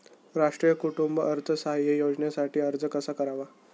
राष्ट्रीय कुटुंब अर्थसहाय्य योजनेसाठी अर्ज कसा करावा?